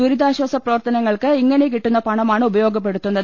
ദുരിതാശ്ചാസ പ്രവർത്തനങ്ങൾക്ക് ഇങ്ങനെ കിട്ടുന്ന പണമാണ് ഉപയോഗപ്പെടു ത്തുന്നത്